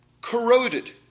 corroded